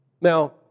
Now